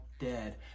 dead